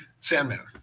sandman